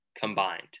combined